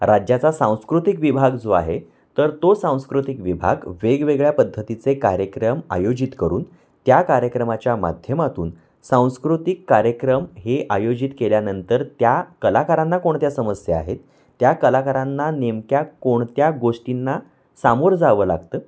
राज्याचा सांस्कृतिक विभाग जो आहे तर तो सांस्कृतिक विभाग वेगवेगळ्या पद्धतीचे कार्यक्रम आयोजित करून त्या कार्यक्रमाच्या माध्यमातून सांस्कृतिक कार्यक्रम हे आयोजित केल्यानंतर त्या कलाकारांना कोणत्या समस्या आहेत त्या कलाकारांना नेमक्या कोणत्या गोष्टींना सामोरं जावं लागतं